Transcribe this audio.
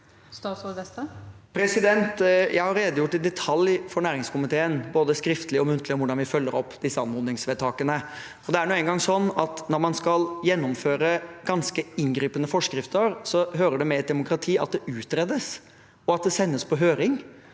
Jeg har re- degjort i detalj for næringskomiteen, både skriftlig og muntlig, for hvordan vi følger opp disse anmodningsvedtakene. Det er nå engang sånn at når man skal gjennomføre ganske inngripende forskrifter, hører det med i et demokrati at det utredes, og at det sendes på høring.